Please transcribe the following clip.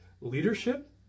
leadership